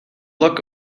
luck